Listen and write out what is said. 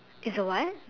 it's a what